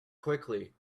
quickly